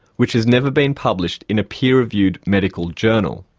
which has never been published in a peer reviewed medical journal.